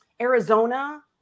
Arizona